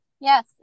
Yes